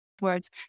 Words